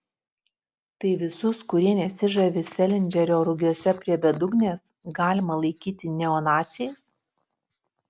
tai visus kurie nesižavi selindžerio rugiuose prie bedugnės galima laikyti neonaciais